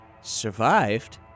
survived